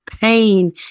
pain